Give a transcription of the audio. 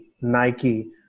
Nike